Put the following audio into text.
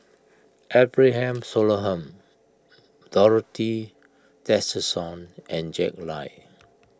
Abraham Solomon Dorothy Tessensohn and Jack Lai